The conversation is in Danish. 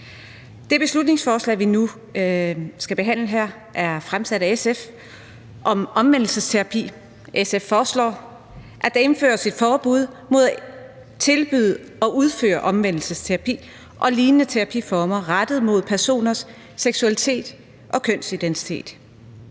om omvendelsesterapi, vi nu skal behandle her, er fremsat af SF. SF foreslår, at der indføres et forbud mod at tilbyde og udføre omvendelsesterapi og lignende terapiformer rettet mod personers seksualitet og kønsidentitet.